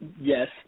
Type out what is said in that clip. Yes